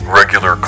regular